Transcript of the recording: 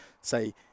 say